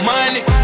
Money